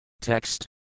Text